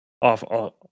off